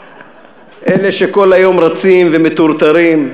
אלה שכל היום רצים ומטורטרים,